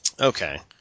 Okay